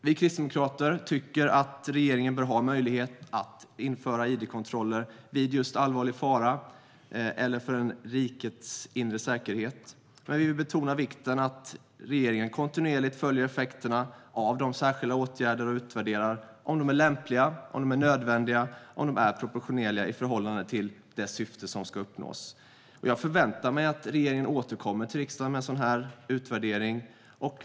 Vi kristdemokrater tycker att regeringen bör ha möjlighet att införa id-kontroller vid just allvarlig fara eller för rikets inre säkerhet, men vi vill betona vikten av att regeringen kontinuerligt följer upp effekterna av de särskilda åtgärderna och utvärderar om de är lämpliga, nödvändiga och proportionerliga i förhållande till det syfte som ska uppnås. Jag förväntar mig att regeringen återkommer till riksdagen med en sådan utvärdering.